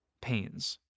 pains